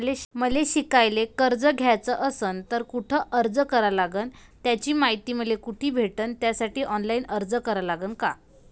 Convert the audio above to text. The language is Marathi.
मले शिकायले कर्ज घ्याच असन तर कुठ अर्ज करा लागन त्याची मायती मले कुठी भेटन त्यासाठी ऑनलाईन अर्ज करा लागन का?